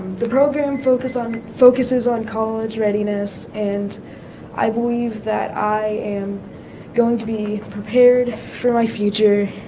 the program focus on focuses on college readiness and i believe that i am going to be prepared for my future